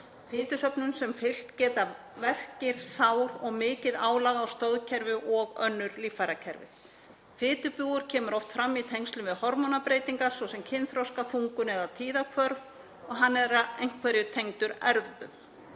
fitusöfnun sem fylgt geta verkir, sár og mikið álag á stoðkerfi og önnur líffærakerfi. Fitubjúgur kemur oft fram í tengslum við hormónabreytingar, svo sem kynþroska, þungun eða tíðahvörf og hann er að einhverju leyti tengdur erfðum.